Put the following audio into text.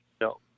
No